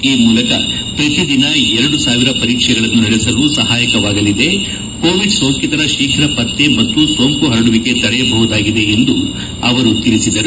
ಈ ಮೂಲಕ ಪ್ರತಿ ದಿನ ಎರಡು ಸಾವಿರ ಪರೀಕ್ಷೆಗಳನ್ನು ನಡೆಸಲು ಸಹಾಯಕವಾಗಲಿದೆ ಕೋವಿಡ್ ಸೋಂಕಿತರ ಶೀಫ್ರ ಪತ್ತೆ ಮತ್ತು ಸೋಂಕು ಹರಡುವಿಕೆ ತಡೆಯಬಹುದಾಗಿದೆ ಎಂದು ಅವರು ತಿಳಿಸಿದರು